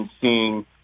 seeing